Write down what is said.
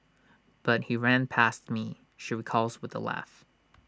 but he ran past me she recalls with A laugh